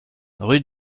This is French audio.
rue